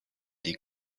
des